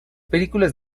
películas